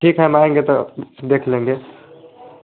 ठीक है हम आएँगे तो देख लेंगे